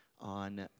on